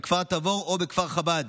בכפר תבור או בכפר חב"ד,